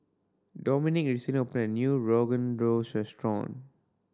Domonique recently opened a new Rogan Josh Restaurant